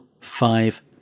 five